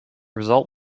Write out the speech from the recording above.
result